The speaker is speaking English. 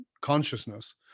consciousness